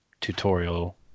tutorial